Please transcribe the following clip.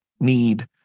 need